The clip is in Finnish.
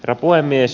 herra puhemies